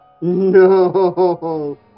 No